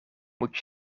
moet